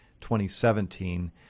2017